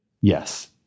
Yes